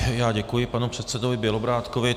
Já děkuji panu předsedovi Bělobrádkovi.